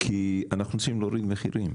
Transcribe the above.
כי אנחנו רוצים להוריד מחירים.